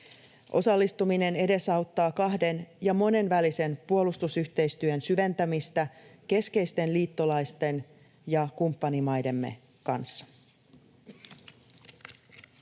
Osallistuminen edesauttaa kahden- ja monenvälisen puolustusyhteistyön syventämistä keskeisten liittolaisten ja kumppanimaidemme kanssa.